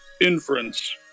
inference